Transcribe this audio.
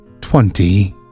twenty